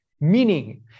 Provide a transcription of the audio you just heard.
meaning